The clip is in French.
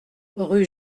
rue